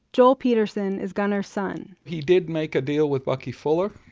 joel peterson is gunnar's son. he did make a deal with bucky fuller.